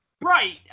Right